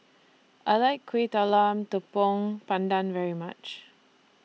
I like Kueh Talam Tepong Pandan very much